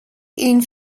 ihnen